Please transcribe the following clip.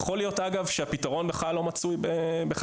יכול להיות שהפתרון בכלל לא מצוי בחקיקה,